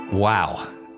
Wow